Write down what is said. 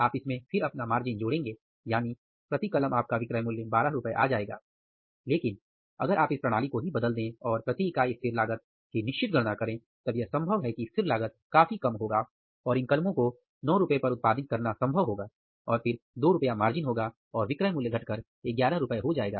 आप इसमें फिर अपना मार्जिन जोड़ेंगे यानी प्रति कलम आपका विक्रय मूल्य ₹12 आ जाएगा लेकिन अगर आप इस प्रणाली को ही बदल दें और प्रति इकाई स्थिर लागत की निश्चित गणना करें तब यह संभव है कि स्थिर लागत काफी कम होगा और इन कलमों को ₹9 पर उत्पादित करना संभव होगा और फिर दो रूपया मार्जिन होगा और विक्रय मूल्य घटकर ₹11 हो जाएगा